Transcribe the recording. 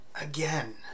Again